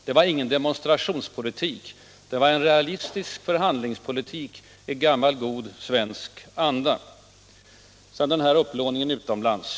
Det var ingen demonstrationspolitik, det var en realistisk förhandlingspolitik i gammal god svensk anda. Sedan till upplåningen utomlands!